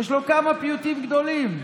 יש לו כמה פיוטים גדולים,